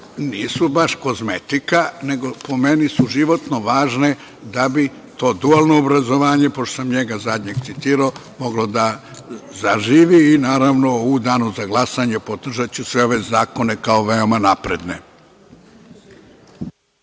nisu baš kozmetika, nego su, po meni, životno važne da bi to dualno obrazovanje, pošto sam njega zadnjeg citirao, moglo da zaživi. Naravno, u danu za glasanje podržaću sve ove zakone kao veoma napredne.